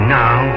now